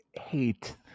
hate